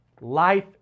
life